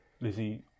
Lizzie